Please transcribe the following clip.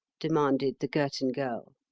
demanded the girton girl.